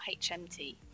HMT